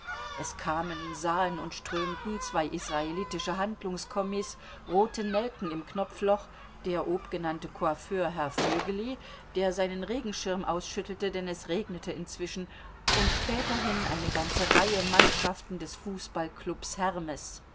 es kamen sahen und strömten zwei israelitische handlungskommis rote nelken im knopfloch der obgenannte coiffeur herr voegeli der seinen regenschirm ausschüttelte denn es regnete inzwischen und späterhin eine ganze reihe mannschaften des fußballklubs hermes